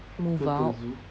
move out